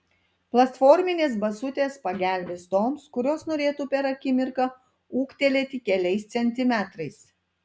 platforminės basutės pagelbės toms kurios norėtų per akimirką ūgtelėti keliais centimetrais